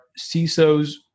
CISOs